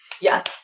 Yes